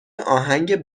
آهنگ